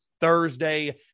Thursday